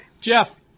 Jeff